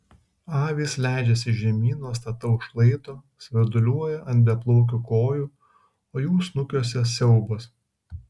avys leidžiasi žemyn nuo stataus šlaito svirduliuoja ant beplaukių kojų o jų snukiuose siaubas